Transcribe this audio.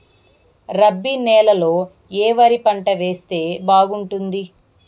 రబి నెలలో ఏ వరి పంట వేస్తే బాగుంటుంది